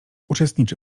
uczestniczy